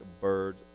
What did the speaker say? bird's